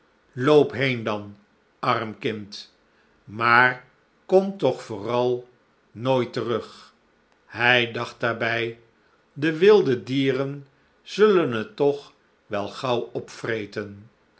loop heen dan arm kind maar kom toch vooral nooit terug hij dacht daarbij de wilde dieren zullen het toch wel gaauw opvreten